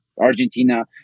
Argentina